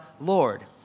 Lord